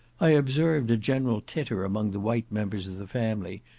i observed a general titter among the white members of the family,